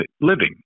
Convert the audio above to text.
living